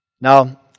Now